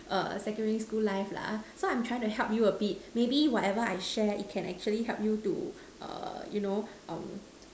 err secondary school life lah so I'm trying to help you a bit maybe whatever I share it can actually help you to err you know um